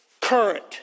current